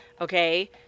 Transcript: Okay